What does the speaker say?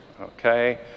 Okay